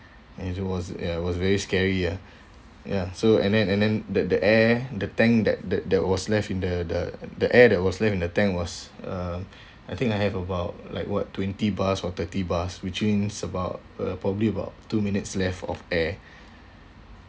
and it was ya it was very scary ah ya so and then and then that the air the tank that that that was left in the the the air that was left in the tank was uh I think I have about like what twenty bus or thirty bus which means about uh probably about two minutes left of air